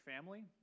family